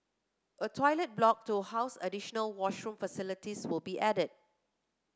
a toilet block to house additional washroom facilities will be added